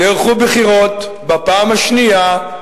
נערכו בחירות בפעם השנייה,